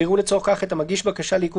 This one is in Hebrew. ויראו לצורך כך את המגיש בקשה לעיכוב